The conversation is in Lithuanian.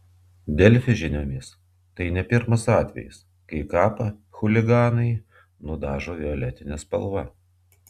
delfi žiniomis tai ne pirmas atvejis kai kapą chuliganai nudažo violetine spalva